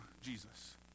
Jesus